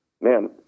Man